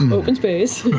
um open space.